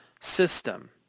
system